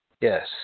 Yes